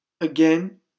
Again